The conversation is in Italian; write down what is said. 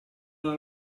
una